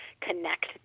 connect